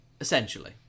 Essentially